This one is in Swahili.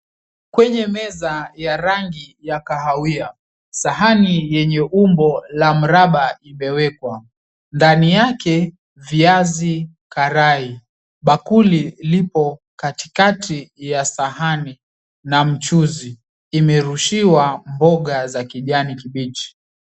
Kwenye meza ya rangi ya kahawia , sahani yenye umbo la mraba imewekwa ndani yake viazi karai. Bakuli lipo katikati ya sahani na mchuuzi imerushiwa mboga za Kijani kibichi.